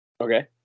Okay